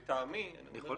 לטעמי, נדירות מדי.